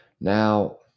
Now